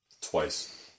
twice